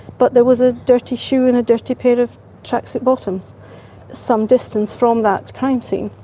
but there was a dirty shoe and a dirty pair of tracksuit bottoms some distance from that crime scene.